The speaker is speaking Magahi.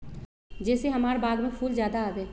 जे से हमार बाग में फुल ज्यादा आवे?